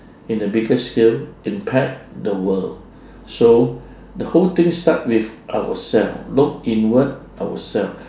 in the bigger scale impact the world so the whole thing start with our self look inward our self